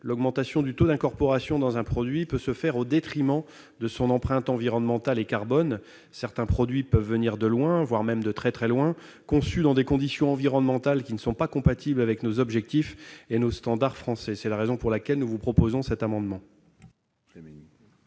l'augmentation du taux d'incorporation dans un produit peut se faire au détriment de son empreinte environnementale et carbone. Certains produits peuvent venir de loin, voire de très loin, et être conçus dans des conditions environnementales qui ne sont pas compatibles avec nos objectifs et nos standards français. L'amendement n° 429 rectifié, présenté